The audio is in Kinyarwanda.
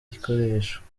ikoreshwa